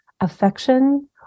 affection